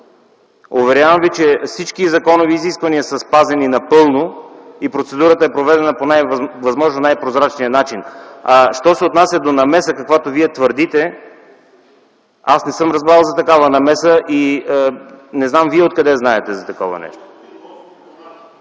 са спазени всички законови изисквания и процедурата е проведена по възможно най-прозрачния начин. Що се отнася до намеса, за каквато Вие твърдите, аз не съм разбрал за такава намеса и не знам Вие откъде знаете за такова нещо.